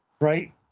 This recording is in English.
right